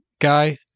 guy